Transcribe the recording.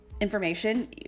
information